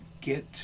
get